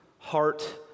Heart